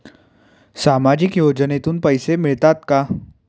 सामाजिक योजनेतून पैसे मिळतात का?